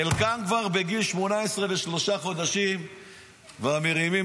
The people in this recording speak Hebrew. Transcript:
חלקם כבר בגיל 18 ושלושה חודשים כבר מרימים